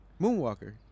Moonwalker